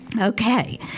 Okay